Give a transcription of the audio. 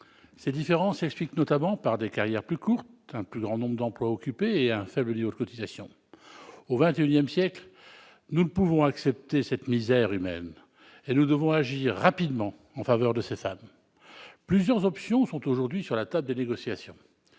Cette différence s'explique notamment par des carrières plus courtes, un plus grand nombre d'emplois occupés et un faible niveau de cotisation. Au XXI siècle, nous ne pouvons accepter cette misère humaine et devons agir rapidement en faveur de ces femmes. Plusieurs options sont aujourd'hui sur la table des négociations